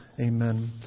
Amen